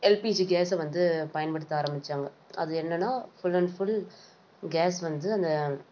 LPG கேஸை வந்து பயன்படுத்த ஆரபிச்சாங்க அது என்னென்னா ஃபுல் அண்ட் ஃபுல் கேஸ் வந்து அந்த